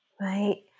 right